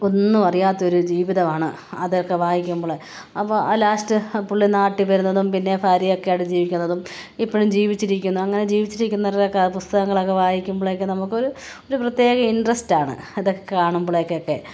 ഒന്നും അറിയാത്തൊരു ജീവിതമാണ് അതൊക്കെ വായിക്കുമ്പോള് അപ്പോള് ആ ലാസ്റ്റ് ആ പുള്ളി നാട്ടില് വരുന്നതും പിന്നെ ഭാര്യയൊക്കെ ആയിട്ട് ജീവിക്കുന്നതും ഇപ്പോഴും ജീവിച്ചിരിക്കുന്നു അങ്ങനെ ജീവിച്ചിരിക്കുന്നവരുടെയൊക്കെ പുസ്തകങ്ങളൊക്കെ വായിക്കുമ്പോളൊക്കെ നമുക്കൊരു ഒരു പ്രത്യേക ഇൻട്രസ്റ്റാണ് അതൊക്കെ കാണുമ്പോഴൊക്കൊക്കെ